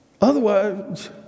Otherwise